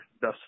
thus